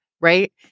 right